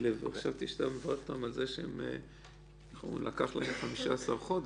חשבתי שאתה מברך אותם על זה שלקח להם 15 חודשים.